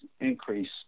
increase